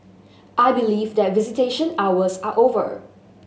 I believe that visitation hours are over